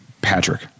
Patrick